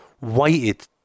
waited